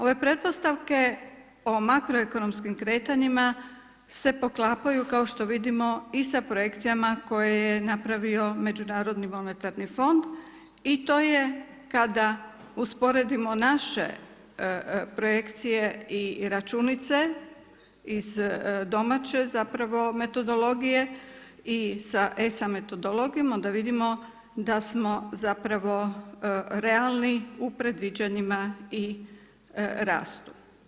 Ove pretpostavke o makroekonomskim kretanjima se preklapaju kao što vidimo i sa projekcijama koje je napravio Međunarodni monetarni fond i to je kada usporedimo naše projekcije i računice iz domaće zapravo metodologije i sa ESA metodologijom onda vidimo da smo zapravo realni u predviđanjima i rastu.